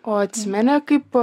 o atsimeni kaip